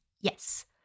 yes